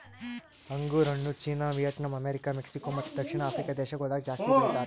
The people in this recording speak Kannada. ಅಂಗುರ್ ಹಣ್ಣು ಚೀನಾ, ವಿಯೆಟ್ನಾಂ, ಅಮೆರಿಕ, ಮೆಕ್ಸಿಕೋ ಮತ್ತ ದಕ್ಷಿಣ ಆಫ್ರಿಕಾ ದೇಶಗೊಳ್ದಾಗ್ ಜಾಸ್ತಿ ಬೆಳಿತಾರ್